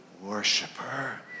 worshiper